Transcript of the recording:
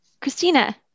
Christina